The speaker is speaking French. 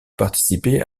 participer